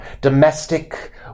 domestic